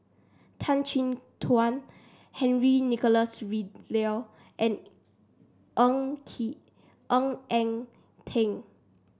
Tan Chin Tuan Henry Nicholas and Ng Ng Eng Teng